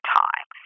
time